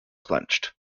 clenched